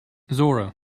zora